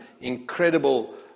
incredible